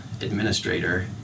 administrator